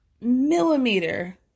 millimeter